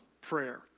prayer